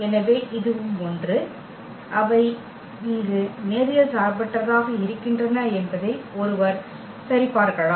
எனவே இதுவும் ஒன்று அவை எங்கு நேரியல் சார்பற்றதாக இருக்கின்றன என்பதை ஒருவர் சரிபார்க்கலாம்